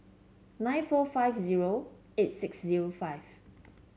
nine four five zero eight six zero five